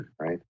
Right